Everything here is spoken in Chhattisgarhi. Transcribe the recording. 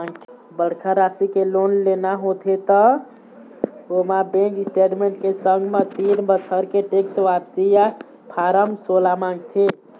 बड़का राशि के लोन लेना होथे त ओमा बेंक स्टेटमेंट के संग म तीन बछर के टेक्स वापसी या फारम सोला मांगथे